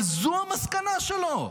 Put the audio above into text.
אבל זו המסקנה שלו.